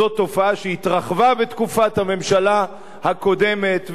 זאת תופעה שהתרחבה בתקופת הממשלה הקודמת,